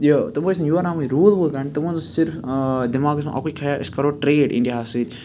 یہِ تِم ٲسۍ نہٕ یور آمٕتۍ روٗل ووٗل کرنہِ تِمَن اوس صرف دِماغس منٛز اَکُے خیال أسۍ کَرو ٹرٛیڈ اِنڈیاہَس سۭتۍ